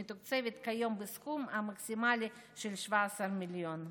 שמתוקצבת כיום בסכום מקסימלי של 17 מיליון שקל.